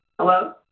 Hello